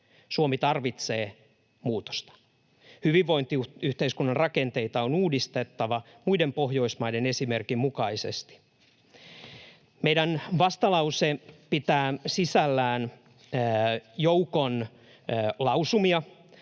Suomi tarvitsee muutosta. Hyvinvointiyhteiskunnan rakenteita on uudistettava muiden Pohjoismaiden esimerkin mukaisesti. Meidän vastalause pitää sisällään joukon lausumia,